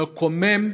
מקומם,